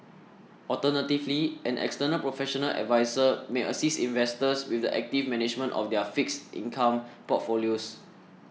alternatively an external professional adviser may assist investors with the active management of their fixed income portfolios